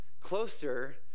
closer